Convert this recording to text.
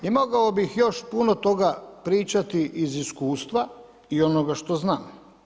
I mogao bih još puno toga pričati iz iskustva i onoga što znam.